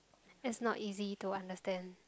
it's not easy to understand